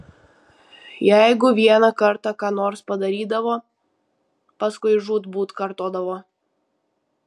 jeigu vieną kartą ką nors padarydavo paskui žūtbūt kartodavo